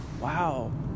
wow